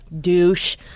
douche